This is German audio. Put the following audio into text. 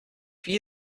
wie